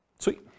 Sweet